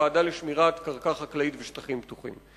הוועדה לשמירת קרקע חקלאית ושטחים פתוחים.